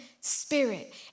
spirit